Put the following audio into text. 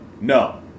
No